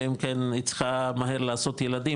אלא אם כן היא צריכה מהר לעשות ילדים,